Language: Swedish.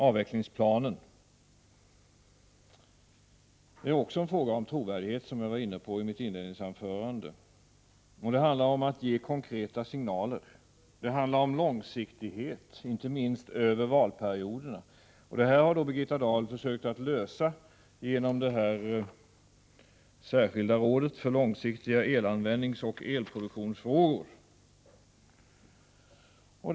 Avvecklingsplanen är också en fråga om trovärdighet, som jag sade i mitt inledningsanförande. Det handlar om att ge konkreta signaler, det handlar om långsiktighet, inte minst över valperioderna. Detta har Birgitta Dahl försökt lösa genom det särskilda rådet för långsiktiga elanvändningsoch elproduktionsfrågor.